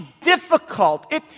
difficult